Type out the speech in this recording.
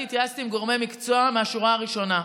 והתייעצתי עם גורמי מקצוע מהשורה הראשונה.